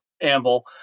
anvil